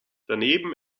daneben